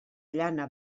llana